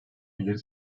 ileri